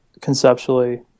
conceptually